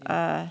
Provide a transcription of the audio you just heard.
uh